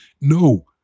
No